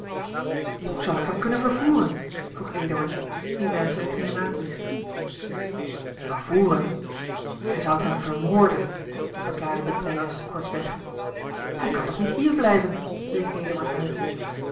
hoe zal ik hem kunnen vervoeren vroeg eduard die werkelijk geen raad wist vervoeren gij zoudt hem vermoorden verklaarde de pleyes kortweg hij kan toch niet hier blijven riep eduard uit